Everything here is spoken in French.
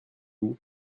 vous